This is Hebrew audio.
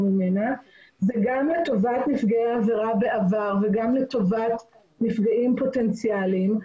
ממנה וגם לטובת נפגעי עבירה בעבר וגם לטובת נפגעים פוטנציאליים.